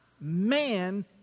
man